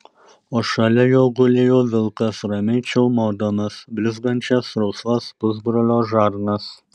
o šalia jo gulėjo vilkas ramiai čiaumodamas blizgančias rausvas pusbrolio žarnas